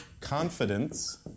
confidence